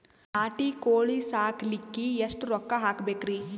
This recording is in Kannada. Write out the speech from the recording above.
ನಾಟಿ ಕೋಳೀ ಸಾಕಲಿಕ್ಕಿ ಎಷ್ಟ ರೊಕ್ಕ ಹಾಕಬೇಕ್ರಿ?